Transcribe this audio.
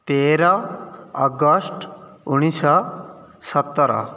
ତେର ଅଗଷ୍ଟ ଉଣେଇଶହ ସତର